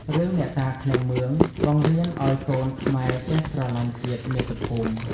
រឿងអ្នកតាឃ្លាំងមឿង បង្រៀនឱ្យកូនខ្មែរចេះស្រឡាញ់ជាតិមាតុភូមិ។